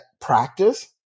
practice